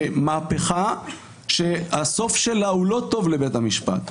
למהפכה שהסוף שלה הוא לא טוב לבית המשפט.